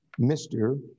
Mr